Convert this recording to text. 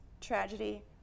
tragedy